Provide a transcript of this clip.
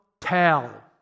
tell